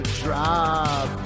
drop